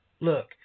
Look